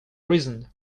reason